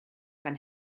fan